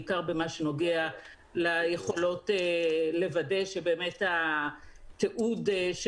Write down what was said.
בעיקר במה שנוגע ליכולות לוודא שבאמת התיעוד של